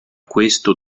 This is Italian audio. questo